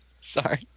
Sorry